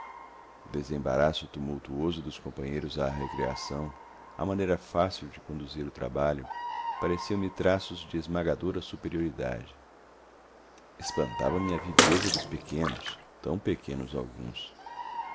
desembaraço tumultuoso dos companheiros a recreação a maneira fácil de conduzir o trabalho pareciam me traços de esmagadora superioridade espantava me a viveza dos pequenos tão pequenos alguns